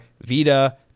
vita